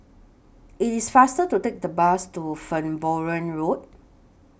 IT IS faster to Take The Bus to Farnborough Road